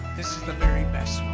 this is the very best